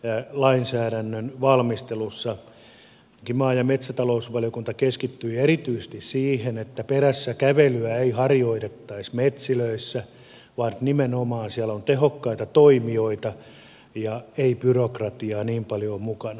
kemera lainsäädännön valmistelussa ainakin maa ja metsätalousvaliokunta keskittyi erityisesti siihen että perässä kävelyä ei harjoitettaisi metsälöissä vaan nimenomaan siellä olisi tehokkaita toimijoita eikä byrokratiaa niin paljoa mukana